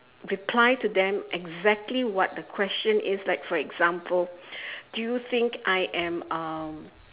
reply to them exactly what the question is like for example do you think I am um